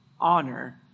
Honor